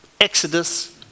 exodus